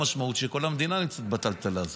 המשמעות היא שכל המדינה נמצאת בטלטלה הזאת.